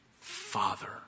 father